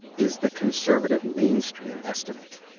is the conservative mainstream estimate.